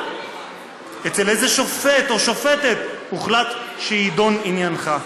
אצל איזה שופט או שופטת הוחלט שיידון עניינך.